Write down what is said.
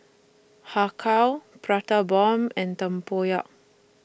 Har Kow Prata Bomb and Tempoyak